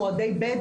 מועדי ב',